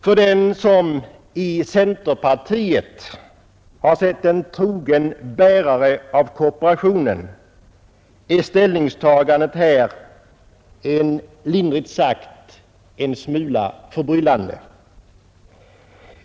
För den som i centerpartiet har sett en trogen bärare av kooperationen är ställningstagandet här lindrigt sagt en smula förbryllande.